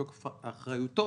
בתוקף אחריותו,